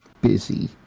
busy